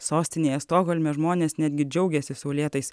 sostinėje stokholme žmonės netgi džiaugiasi saulėtais